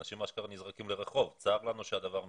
אנשים נזרקים לרחוב, צר לנו שהדבר מתעכב.